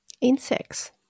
Insects